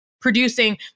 producing